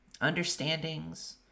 understandings